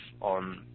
on